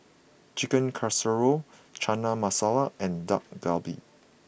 Chicken Casserole Chana Masala and Dak Galbi